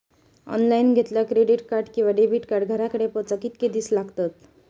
Online घेतला credit card किंवा debit card घराकडे पोचाक कितके दिस लागतत?